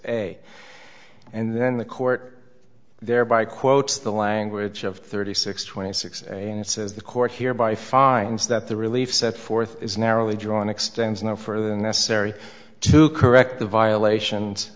a and then the court thereby quotes the language of thirty six twenty six and it says the court here by finds that the relief set forth is narrowly drawn extends now for the necessary to correct the violations